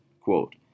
Quote